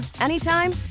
anytime